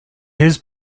his